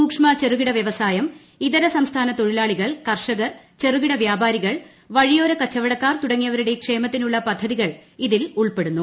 സൂക്ഷ്മ ചെറുകിട വ്യവസായം ഇതര സംസ്ഥാന തൊഴിലാളികൾ കർഷകർ ചെറുകിട വ്യാപാരികൾ വഴിയോര കച്ചവടക്കാർ തുടങ്ങിയവരുടെ ക്ഷേമത്തിനുള്ള പദ്ധതികൾ ഇതിൽ ഉൾപ്പെടുന്നു